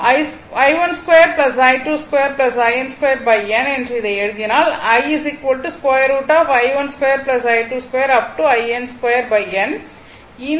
i12 I22 in2 n என்று இதை எழுதினால் I √ i12 I22 up to in 2 n